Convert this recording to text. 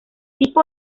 tipo